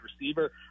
receiver